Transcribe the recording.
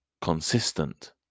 Consistent